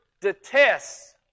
detests